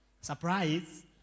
Surprise